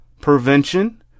prevention